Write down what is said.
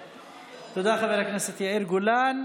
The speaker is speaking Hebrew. תודה, חבר הכנסת יאיר גולן.